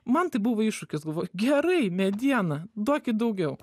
man tai buvo iššūkis galvoju gerai mediena duokit daugiau